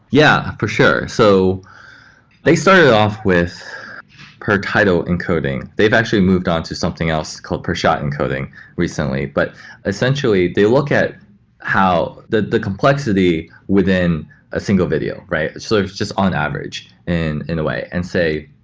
yeah, for sure. so they started off with per title encoding. they've actually moved on to something else called per shot encoding recently. but essentially, they look at how the the complexity within within a single video, right. it's so just on average in in a way and say,